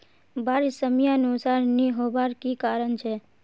बारिश समयानुसार नी होबार की कारण छे?